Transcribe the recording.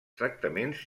tractaments